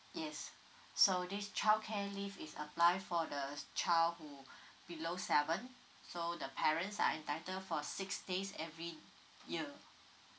yes so this childcare leave is apply for the child who below seven so the parents are entitled for six days every year